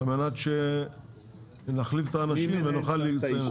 על מנת להחליף את האנשים ונוכל לסיים את זה.